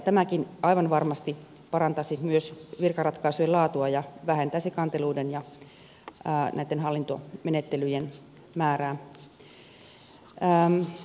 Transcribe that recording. tämäkin aivan varmasti parantaisi myös virkaratkaisujen laatua ja vähentäisi kanteluiden ja näitten hallintomenettelyjen määrää